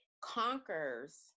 conquers